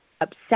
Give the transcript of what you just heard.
upset